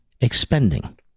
expending